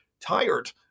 tired